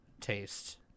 taste